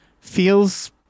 feels